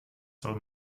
soll